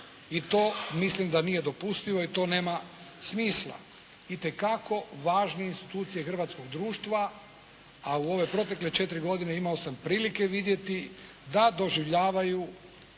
I to mislim da nije dopustivo i to nema smisla. Itekako važnije institucije hrvatskog društva, a u ove protekle četiri godine imao sam prilike vidjeti da doživljavaju